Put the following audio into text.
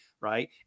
right